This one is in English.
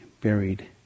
buried